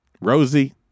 Rosie